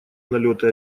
налеты